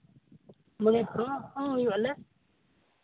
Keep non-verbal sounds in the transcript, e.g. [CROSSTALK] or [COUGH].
ᱢᱚᱬᱮ [UNINTELLIGIBLE] ᱦᱩᱭᱩᱜ ᱟᱞᱮ